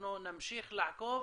אנחנו נמשיך לעקוב